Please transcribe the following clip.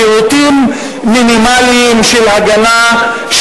שירותים מינימליים של הגנה,